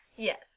Yes